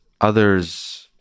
others